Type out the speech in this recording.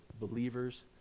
believers